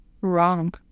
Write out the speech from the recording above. wrong